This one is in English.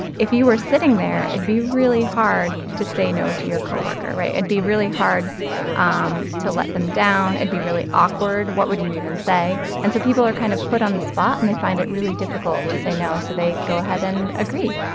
if you were sitting there, it'd be really hard to say no to your co-worker. right? it'd be really hard ah um to let them down. it'd and be really awkward. what would you even say? and so people are kind of put on the spot, and they find it really difficult to say no, so they go ahead and agree